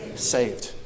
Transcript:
saved